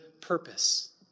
purpose